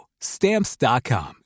Stamps.com